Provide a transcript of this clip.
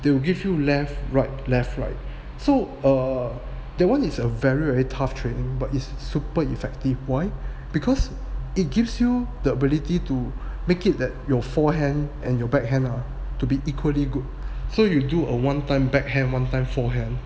they will give you left right left right so err that one is a very very tough training but it's super effective why because it gives you the ability to make it that your forehand and your backhand ah to be equally good so you do a one time backhand one time forehand